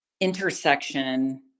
intersection